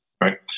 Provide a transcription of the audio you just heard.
right